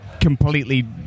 completely